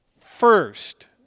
first